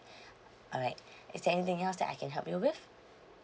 alright is there anything else that I can help you with